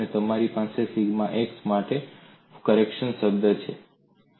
અને તમારી પાસે સિગ્મા x માટે કરેક્શન શબ્દ છે